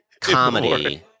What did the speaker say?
comedy